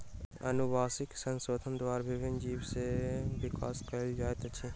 अनुवांशिक संशोधन द्वारा विभिन्न जीव में विकास कयल जाइत अछि